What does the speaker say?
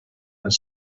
his